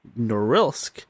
norilsk